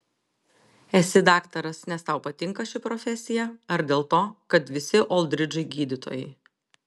esi daktaras nes tau patinka ši profesija ar dėl to kad visi oldridžai gydytojai